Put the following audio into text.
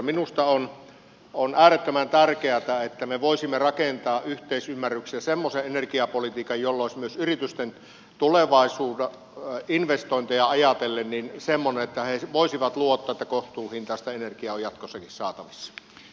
minusta on äärettömän tärkeätä että me voisimme rakentaa yhteisymmärryksessä semmoisen energiapolitiikan joka olisi myös yritysten tulevaisuuden investointeja ajatellen semmoinen että he voisivat luottaa että kohtuuhintaista energiaa on jatkossakin saatavissa